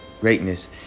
greatness